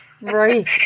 Right